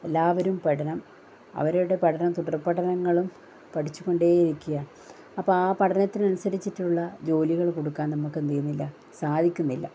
എല്ലാവരും പഠനം അവരുടെ പഠനം തുടർപഠനങ്ങളും പഠിച്ചു കൊണ്ടേയിരിക്കുകയാണ് അപ്പം ആ പഠനത്തിന് അനുസരിച്ചിട്ടുള്ള ജോലികൾ കൊടുക്കാൻ നമുക്ക് എന്തെയ്യുന്നില്ല സാധിക്കുന്നില്ല